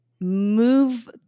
move